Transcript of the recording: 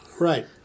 Right